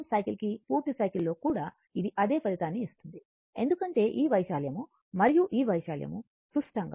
పూర్తి సైకిల్లో కూడా ఇది అదే ఫలితాన్ని ఇస్తుంది ఎందుకంటే ఈ వైశాల్యం మరియు ఈ వైశాల్యం సుష్టంగా ఉంటుంది